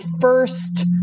first